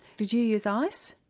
did you use ice?